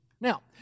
Now